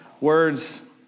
words